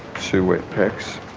two wet packs.